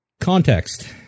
context